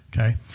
Okay